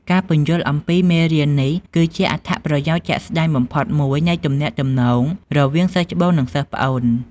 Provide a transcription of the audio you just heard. ការពន្យល់អំពីមេរៀននេះគឺជាអត្ថប្រយោជន៍ជាក់ស្តែងបំផុតមួយនៃទំនាក់ទំនងរវាងសិស្សច្បង និងសិស្សប្អូន